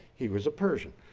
he was a persian.